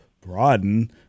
broaden